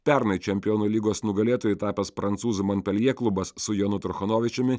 pernai čempionų lygos nugalėtoju tapęs prancūzų monpeljė klubas su jonu truchanovičiumi